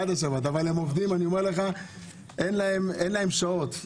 אין להם שעות.